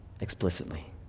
explicitly